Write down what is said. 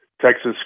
Texas